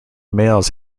males